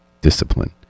discipline